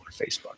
Facebook